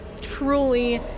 truly